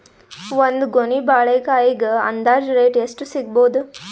ಒಂದ್ ಗೊನಿ ಬಾಳೆಕಾಯಿಗ ಅಂದಾಜ ರೇಟ್ ಎಷ್ಟು ಸಿಗಬೋದ?